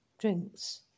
drinks